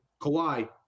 Kawhi